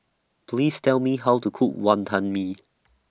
Please Tell Me How to Cook Wonton Mee